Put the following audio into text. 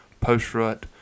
post-rut